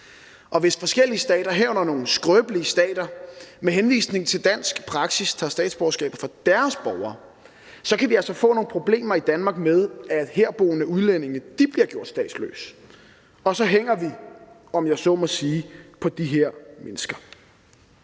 og hvis forskellige stater, herunder nogle skrøbelige stater, med henvisning til dansk praksis tager statsborgerskabet fra deres borgere, kan vi altså få nogle problemer i Danmark med, at herboende udlændinge bliver gjort statsløse, og så hænger vi, om jeg så må sige, på de her mennesker.